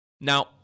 Now